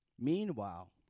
Meanwhile